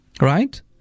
right